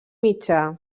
mitjà